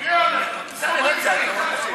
בצלאל, לא צריך.